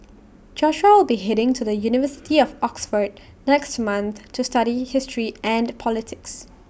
Joshua will be heading to the university of Oxford next month to study history and politics